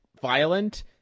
violent